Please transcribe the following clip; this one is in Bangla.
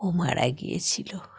ও মারা গিয়েছিল